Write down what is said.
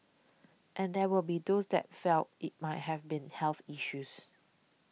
and there will be those that felt it might have been health issues